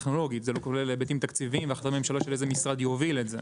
כולל היבטים תקציביים והחלטת ממשלה של איזה משרד יוביל את זה.